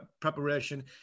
preparation